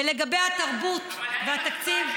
ולגבי התרבות והתקציב,